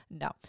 No